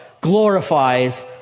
glorifies